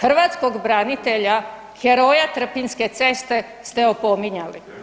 hrvatskog branitelja heroja Trpinjske ceste ste opominjali.